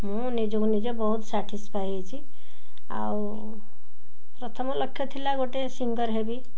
ମୁଁ ନିଜକୁ ନିଜ ବହୁତ ସାଟିସ୍ଫାଏ ହେଇଛି ଆଉ ପ୍ରଥମ ଲକ୍ଷ ଥିଲା ଗୋଟେ ସିଙ୍ଗର ହେବି